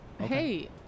Hey